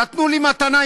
נתנו לי מתנה,